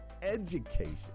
education